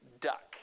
duck